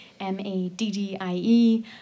M-A-D-D-I-E